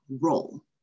role